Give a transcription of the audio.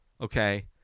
Okay